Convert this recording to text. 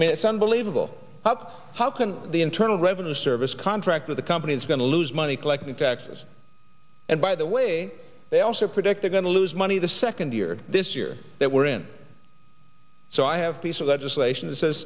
i mean it's unbelievable up how can the internal revenue service contract with a company it's going to lose money collecting taxes and by the way they also predict they're going to lose money the second year this year that we're in so i have piece of legislation that says